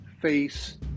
face